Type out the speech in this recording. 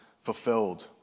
fulfilled